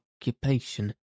occupation